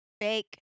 Fake